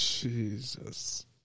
Jesus